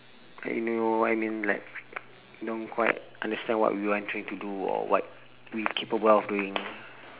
you know what I mean like don't quite understand what we want try to do or what we capable of doing